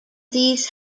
these